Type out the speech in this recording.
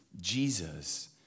Jesus